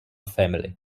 family